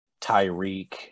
Tyreek